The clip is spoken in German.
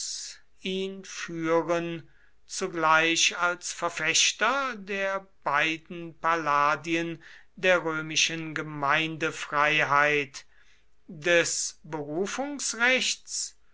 ihn führen zugleich als verfechter der beiden palladien der römischen gemeindefreiheit des